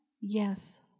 yes